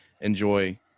enjoy